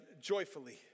joyfully